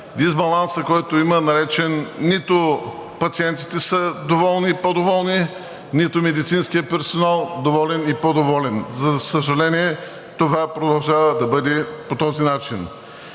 дисбалансът, който има, нито пациентите са доволни, по-доволни, нито медицинският персонал – доволен и по-доволен. За съжаление, това продължава да бъде по този начин.